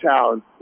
town